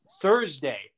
Thursday